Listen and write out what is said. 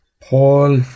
Paul